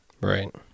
Right